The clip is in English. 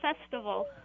festival